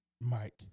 Mike